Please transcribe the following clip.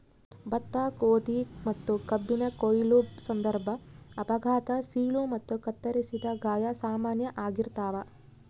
ಭತ್ತ ಗೋಧಿ ಮತ್ತುಕಬ್ಬಿನ ಕೊಯ್ಲು ಸಂದರ್ಭ ಅಪಘಾತ ಸೀಳು ಮತ್ತು ಕತ್ತರಿಸಿದ ಗಾಯ ಸಾಮಾನ್ಯ ಆಗಿರ್ತಾವ